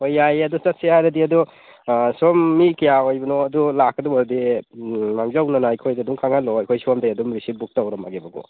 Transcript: ꯍꯣꯏ ꯌꯥꯏꯌꯦ ꯑꯗꯨ ꯆꯠꯁꯤ ꯍꯥꯏꯔꯗꯤ ꯑꯗꯣ ꯁꯣꯝ ꯃꯤ ꯀꯌꯥ ꯑꯣꯏꯕꯅꯣ ꯑꯗꯨ ꯂꯥꯛꯀꯗꯧꯕ ꯑꯣꯏꯔꯗꯤ ꯃꯥꯡꯖꯧꯅꯅ ꯑꯩꯈꯣꯏꯗ ꯑꯗꯨꯝ ꯈꯪꯍꯜꯂꯛꯑꯣ ꯑꯩꯈꯣꯏ ꯁꯣꯝꯗꯩ ꯑꯗꯨꯝ ꯔꯤꯁꯤꯞ ꯕꯨꯛ ꯇꯧꯔꯝꯃꯒꯦꯕ ꯀꯣ